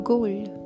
Gold